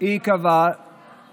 זה מה שהיא קבעה לעצמה.